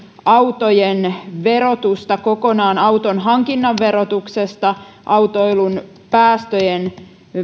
autojen verotusta kokonaan auton hankinnan verotuksesta autoilun päästöjen